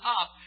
up